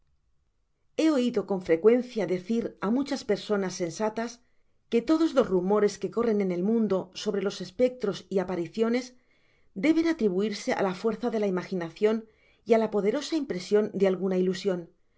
he oido con frecuencia decir á muchas personas sensatas que todos los rumores que corren en el mundo sobre los espectros y apariciones deben atribuirse á la fuerza de la imaginacion y á la poderosa impresion de alguna ilusion